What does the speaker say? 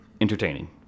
entertaining